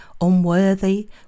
unworthy